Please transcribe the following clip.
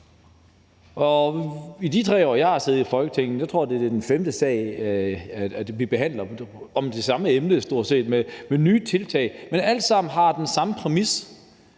Og i de 3 år, jeg har siddet i Folketinget, tror jeg, at det er den femte sag, vi behandler, om stort set det samme emne med nye tiltag, som alle sammen har den samme præmis,